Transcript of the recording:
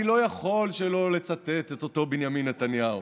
אני לא יכול שלא לצטט את אותו בנימין נתניהו